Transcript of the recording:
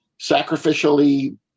sacrificially